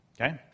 okay